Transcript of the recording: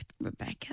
Rebecca